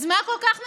אז מה כל כך מסובך?